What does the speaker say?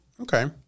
okay